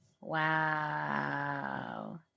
Wow